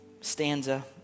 stanza